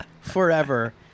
forever